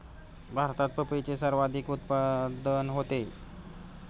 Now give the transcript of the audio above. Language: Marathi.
भारतात पपईचे सर्वाधिक उत्पादन होते